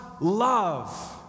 love